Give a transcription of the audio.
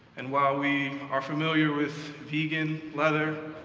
and while we are familiar with vegan leather,